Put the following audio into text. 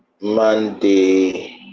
Monday